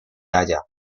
haya